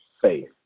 faith